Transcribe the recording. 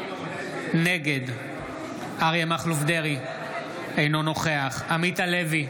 נגד אריה מכלוף דרעי, אינו נוכח עמית הלוי,